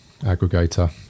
aggregator